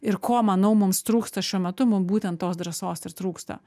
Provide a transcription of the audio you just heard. ir ko manau mums trūksta šiuo metu mum būtent tos drąsos ir trūksta